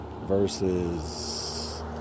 versus